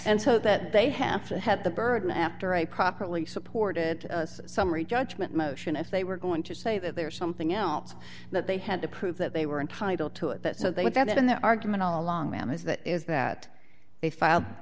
and so that they have to have the burden after a properly supported summary judgment motion if they were going to say that there is something else that they had to prove that they were entitled to it so they would have that in their argument all along ram is that is that they filed